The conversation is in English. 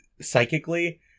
psychically